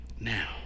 now